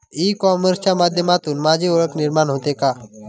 E कॉमर्सच्या माध्यमातून माझी ओळख निर्माण होते का?